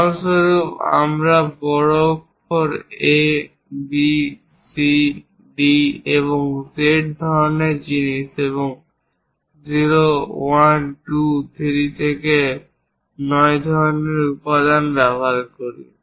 উদাহরণস্বরূপ আমরা বড় অক্ষর A B C D এবং Z ধরনের জিনিস এবং 0 1 2 3 থেকে 9 ধরনের উপাদান ব্যবহার করি